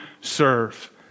serve